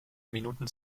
minuten